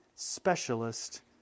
Specialist